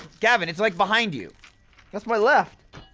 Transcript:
gavin, it's like, behind you that's my left!